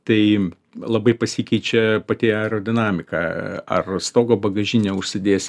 tai labai pasikeičia pati aerodinamika ar stogo bagažinę užsidės